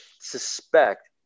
suspect